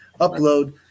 upload